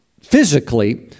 physically